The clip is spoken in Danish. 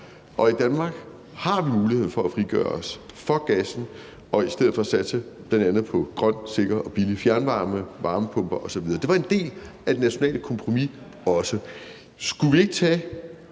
og i Danmark har vi mulighed for at frigøre os fra gassen og i stedet for satse på bl.a. grøn, sikker og billig fjernvarme, varmepumper osv. Det var en del af det nationale kompromis også. Skulle vi ikke tage